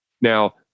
Now